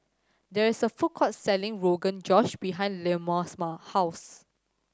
there is a food court selling Rogan Josh behind Leoma's house